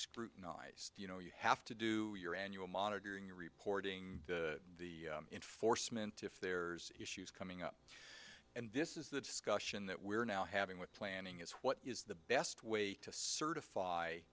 scrutinized you know you have to do your annual monitoring reporting the enforcement if there's issues coming up and this is the discussion that we're now having with planning is what is the best way to certify